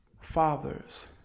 Fathers